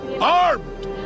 armed